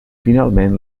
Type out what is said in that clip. finalment